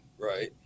right